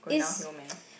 is